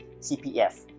CPF